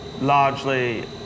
largely